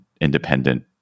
independent